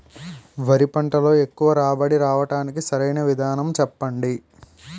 వరి పంటలో ఎక్కువ రాబడి రావటానికి సరైన విధానం చెప్పండి?